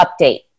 update